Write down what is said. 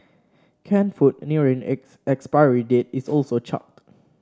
canned food nearing its expiry date is also chucked